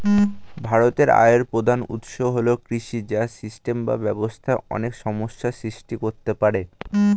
ভারতের আয়ের প্রধান উৎস হল কৃষি, যা সিস্টেমে বা ব্যবস্থায় অনেক সমস্যা সৃষ্টি করতে পারে